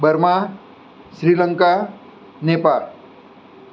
Burma Sri Lanka Nepal